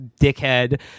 dickhead